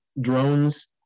drones